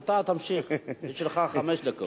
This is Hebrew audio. לא, לא, אתה תמשיך את שלך חמש דקות.